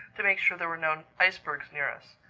to make sure there were no icebergs near us.